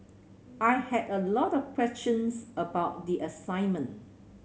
I had a lot of questions about the assignment